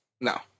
No